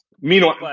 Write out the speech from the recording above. Meanwhile